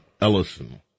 Ellison